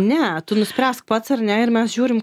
ne tu nuspręsk pats ar ne ir mes žiūrim